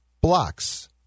blocks